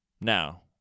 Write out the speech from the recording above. Now